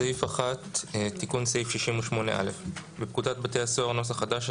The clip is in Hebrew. "סעיף 1 תיקון סעיף 68א בפקודת בתי הסוהר [נוסח חדש],